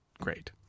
great